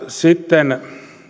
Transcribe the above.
sitten